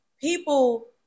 people